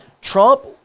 trump